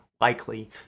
likely